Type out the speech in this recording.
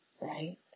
right